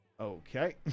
Okay